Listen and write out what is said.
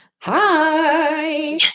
Hi